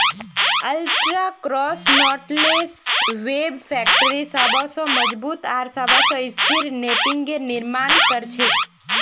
ultra cross knotless web factory सबस मजबूत आर सबस स्थिर नेटिंगेर निर्माण कर छेक